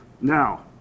Now